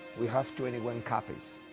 we have twenty one copies.